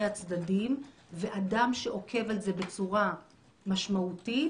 הצדדים ואדם שעוקב על זה בצורה משמעותית,